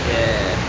ya